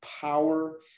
power